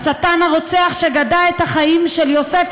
השטן הרוצח שגדע את החיים של יוסף,